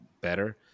better